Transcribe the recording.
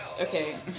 okay